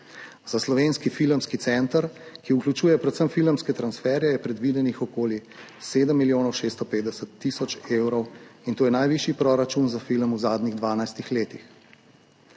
Za Slovenski filmski center, ki vključuje predvsem filmske transferje, je predvidenih okoli 7 milijonov 650 tisoč evrov, in to je najvišji proračun za film v zadnjih 12 letih.